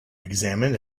examined